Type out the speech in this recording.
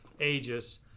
ages